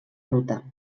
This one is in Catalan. ruta